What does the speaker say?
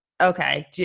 okay